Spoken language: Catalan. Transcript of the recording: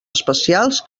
especials